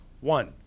One